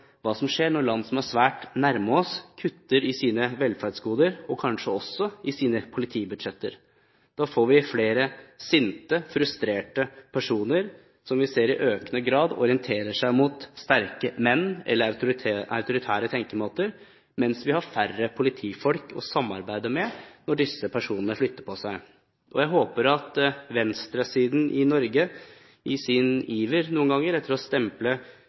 hva som skjer når land som er svært nærme oss, kutter i sine velferdsgoder og kanskje også i sine politibudsjetter. Da får vi flere sinte og frustrerte personer, som vi i økende grad ser orienterer seg mot sterke menn eller autoritære tenkemåter, mens vi har færre politifolk å samarbeide med, når disse personene flytter på seg. Jeg håper at venstresiden i Norge, i sin iver – noen ganger – etter å stemple